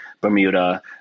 Bermuda